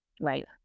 Right